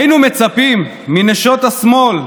היינו מצפים מנשות השמאל,